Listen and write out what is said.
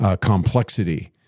complexity